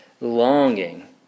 longing